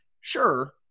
sure